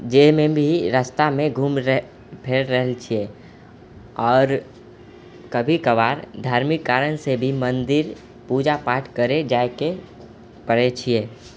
जाइमे भी रस्तामे घूमि फिर रहल छियै आओर कभी कभार धार्मिक कारणसँ भी मन्दिर पूजापाठ करै जाइके पड़ै छियै